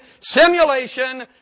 simulation